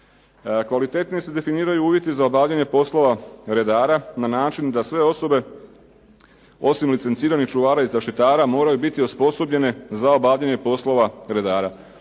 Kvalitetnije se definiraju uvjeti za obavljanje poslova redara na način da sve osobe, osim licenciranih osoba i zaštitara moraju biti osposobljenje za obavljanje poslova redara.